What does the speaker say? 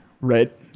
right